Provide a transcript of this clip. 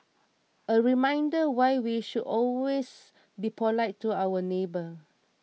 a reminder why we should always be polite to our neighbours